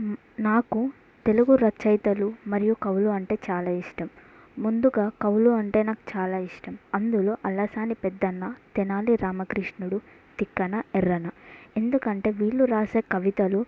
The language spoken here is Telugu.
నాకు తెలుగు రచయితలు మరియు కవులు అంటే చాలా ఇష్టం ముందుగా కవులు అంటే నాకు చాలా ఇష్టం అందులో అల్లసాని పెద్దన తెనాలి రామకృష్ణుడు తిక్కన ఎర్రన్న ఎందుకంటే వీళ్ళు రాసే కవితలు